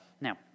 Now